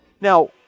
Now